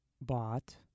bought